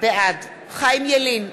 בעד חיים ילין,